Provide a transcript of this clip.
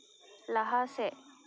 ᱞᱟᱦᱟ ᱥᱮᱫ